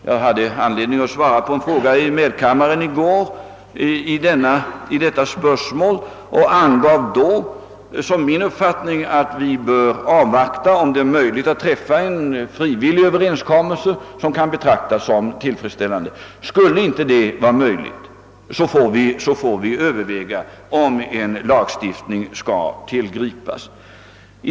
Jag hade i går anledning att svara på en fråga i medkammaren om detta spörsmål och angav då som min uppfattning att vi bör avvakta och se om det är möjligt att träffa en frivillig överenskommelse som kan betraktas såsom tillfredsställande Skulle inte det vara möjligt, får vi över väga om en lagstiftning skall tillgripas.